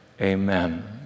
Amen